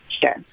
Sure